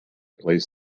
plays